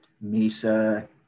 MESA